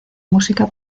música